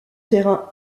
terrain